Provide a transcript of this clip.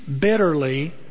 bitterly